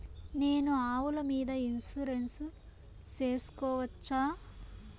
నేను ఆవుల మీద ఇన్సూరెన్సు సేసుకోవచ్చా?